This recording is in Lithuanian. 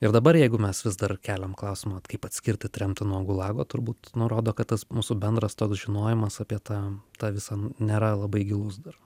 ir dabar jeigu mes vis dar keliam klausimą kaip atskirti tremtį nuo gulago turbūt nu rodo kad tas mūsų bendras toks žinojimas apie tą tą visą nėra labai gilus dar